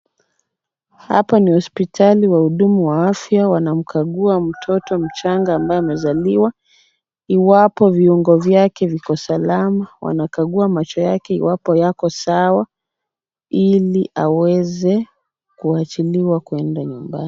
Hapa ni hospitali wahudumu wa afya wanamkagua mtoto mchanga ambaye amezaliwa, iwapo viungo vyake viko salama. Wanakagua macho yake iwapo yako sawa ili aweze kuachiliwa kuenda nyumbani.